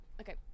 okay